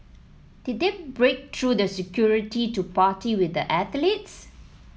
did they break through the security to party with the athletes